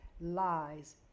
lies